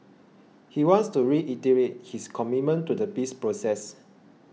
he wants to reiterate his commitment to the peace process